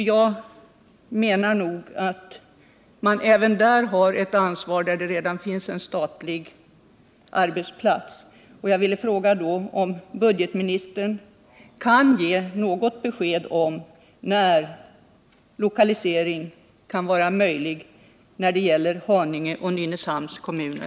Jag menar att man har ett ansvar även där det redan finns en statlig arbetsplats. Därför vill jag fråga, om budgetoch ekonomiministern kan ge något besked om när lokalisering kan vara möjlig i Haninge och Nynäshamns kommuner.